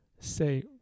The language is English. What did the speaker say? Say